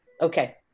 Okay